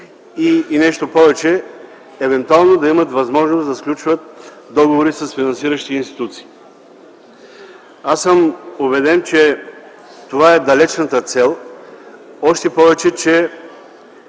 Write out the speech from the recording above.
Нещо повече, евентуално да имат възможност да сключват договори с финансиращи институции. Аз съм убеден, че това е далечната цел, още повече, че